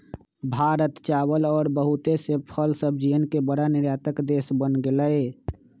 भारत चावल और बहुत से फल सब्जियन के बड़ा निर्यातक देश बन गेलय